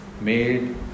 made